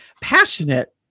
passionate